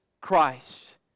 Christ